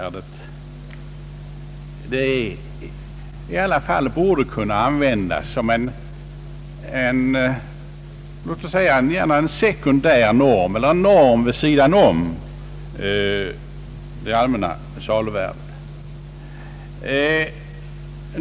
Sedan anser jag i motsats till herr Wärnberg, att avkastningsvärdet borde kunna användas som en sekundär norm, en norm vid sidan om det allmänna saluvärdet.